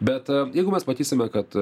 bet jeigu mes matysime kad